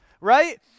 right